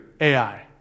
AI